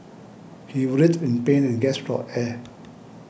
he writhed in pain and gasped for air